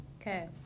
Okay